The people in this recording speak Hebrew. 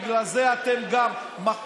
בגלל זה אתם גם מרביצים,